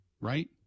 right